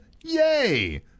Yay